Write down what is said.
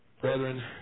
Brethren